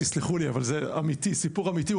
תסלחו לי אבל זה סיפור אמיתי,